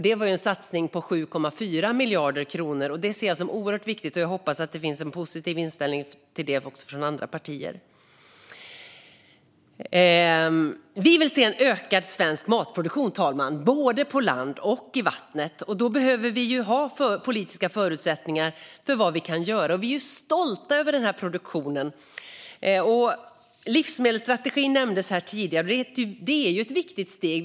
Det är en satsning på 7,4 miljarder kronor. Jag ser den som oerhört viktig, och jag hoppas att det finns en positiv inställning till detta också från andra partier. Herr talman! Vi vill se en ökad svensk matproduktion både på land och i vattnet. Då behöver vi ha politiska förutsättningar för vad vi kan göra. Vi är stolta över produktionen. Livsmedelsstrategin nämndes här tidigare, och den är ett viktigt steg.